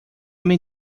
mean